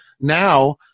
now –